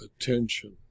attention